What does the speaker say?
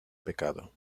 pecado